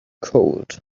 cold